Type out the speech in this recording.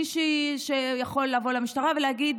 מישהו יכול לבוא למשטרה ולהגיד,